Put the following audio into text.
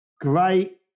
Great